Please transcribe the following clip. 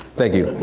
thank you.